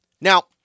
Now